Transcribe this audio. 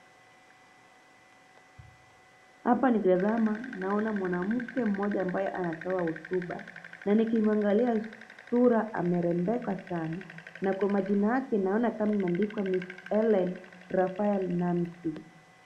Hapa nikitazama naona mwanamke mmoja ambaye anatoa hotuba. Na nikimwangalia sura amerembeka sana. Na kwa majina yake naona kama imeandikwa, Miss Hellen Rafaela Namisi.